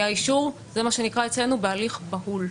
זה מה שנקרא אצלנו בהליך בהול,